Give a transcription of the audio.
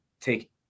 take